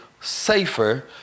safer